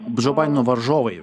džo baideno varžovai